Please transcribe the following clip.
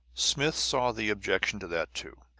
smith saw the objection to that, too.